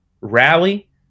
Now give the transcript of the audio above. rally